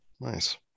Nice